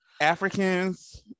Africans